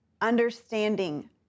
understanding